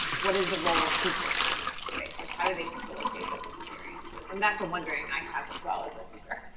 what is the role of teachers in that space? like how do they facilitate those experiences? and that's a wondering i have as well, as a teacher.